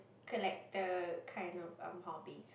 collector kind of um hobby